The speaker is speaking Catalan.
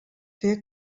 fer